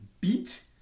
beat